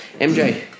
MJ